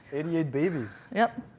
eighty eight babies. yeah.